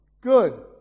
good